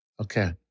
Okay